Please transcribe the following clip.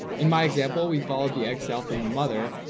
in my example, we followed the egg cell from the mother,